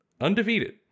undefeated